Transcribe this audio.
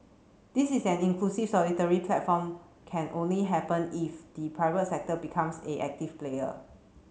this is an inclusive solidary platform can only happen if the private sector becomes a active player